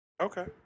Okay